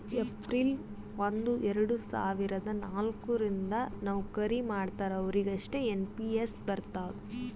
April ಒಂದು ಎರಡ ಸಾವಿರದ ನಾಲ್ಕ ರಿಂದ್ ನವ್ಕರಿ ಮಾಡ್ತಾರ ಅವ್ರಿಗ್ ಅಷ್ಟೇ ಎನ್ ಪಿ ಎಸ್ ಬರ್ತುದ್